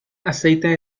aceite